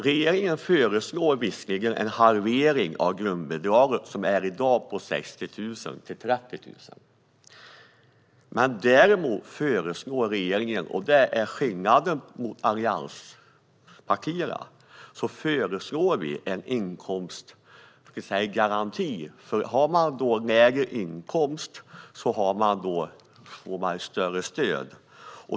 Regeringen föreslår visserligen en halvering av grundbidraget, som i dag är 60 000, till 30 000. Däremot föreslår regeringen - och det är skillnaden mot allianspartierna - en inkomstgaranti. Om man har lägre inkomst får man ett större stöd.